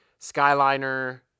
Skyliner